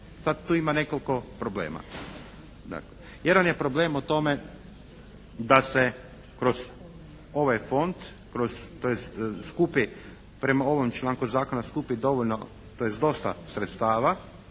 Sad tu ima nekoliko problema. Jedan je problem u tome da se kroz ovaj fond, kroz tj. skupi prema ovom članku zakona, skupi dovoljno tj. dosta sredstava,